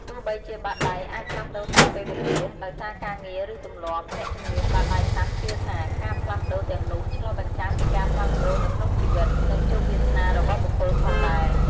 ទោះបីជាបាតដៃអាចផ្លាស់ប្តូរតាមពេលវេលា ដោយសារការងារ ឬទម្លាប់ អ្នកជំនាញបាតដៃសាស្រ្តជឿថា ការផ្លាស់ប្តូរទាំងនោះឆ្លុះបញ្ចាំងពីការផ្លាស់ប្តូរនៅក្នុងជីវិត និងជោគវាសនារបស់បុគ្គលផងដែរ។